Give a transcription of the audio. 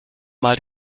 mal